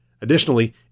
Additionally